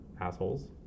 assholes